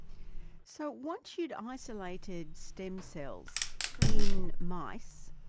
so once you'd um isolated stem cells in mice,